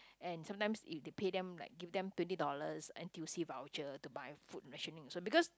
and sometimes if they pay them like give them twenty dollars N_T_U_C voucher to buy food rationing also because